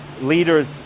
leaders